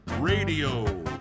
Radio